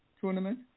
tournament